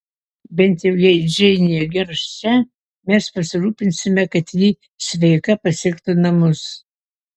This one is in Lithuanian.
bent jau jei džeinė gers čia mes pasirūpinsime kad ji sveika pasiektų namus